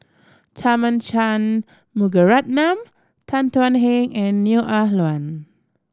Tharman Shanmugaratnam Tan Thuan Heng and Neo Ah Luan